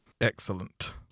Excellent